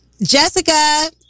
Jessica